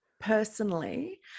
personally